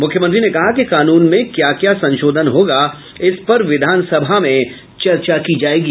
मुख्यमंत्री ने कहा कि कानून में क्या क्या संशोधन होगा इस पर विधान सभा में चर्चा की जायेगी